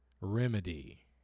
remedy